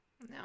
no